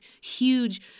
huge